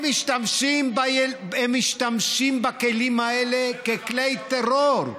הם משתמשים בכלים האלה ככלי טרור,